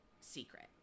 secret